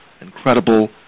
incredible